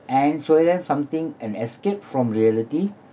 and show them something an escape from reality